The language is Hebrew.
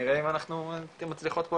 נראה אם אנחנו מצליחות פה